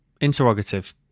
Interrogative